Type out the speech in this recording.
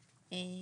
מהשירות,